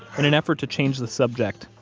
and an effort to change the subject,